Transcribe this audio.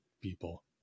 people